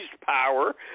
power